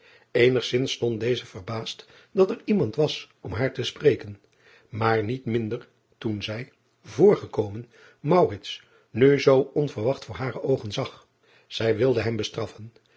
enigzins stond deze verbaasd dat er iemand was om haar te spreken maar niet minder toen zij voorgekomen nu zoo onverwacht voor hare oogen zag ij wilde hem bestraffen